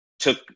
took